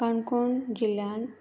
काणकोण जिल्ल्यांत